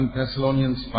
Thessalonians